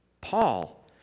Paul